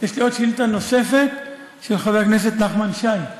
יש לי שאילתה נוספת, של חבר הכנסת נחמן שי.